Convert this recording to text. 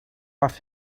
off